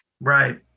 Right